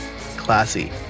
Classy